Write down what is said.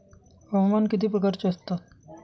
हवामान किती प्रकारचे असतात?